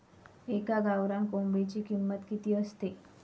एका गावरान कोंबडीची किंमत किती असते?